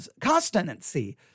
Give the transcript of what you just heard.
constancy